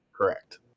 correct